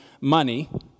money